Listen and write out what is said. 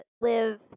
live